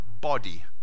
body